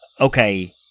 okay